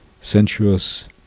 sensuous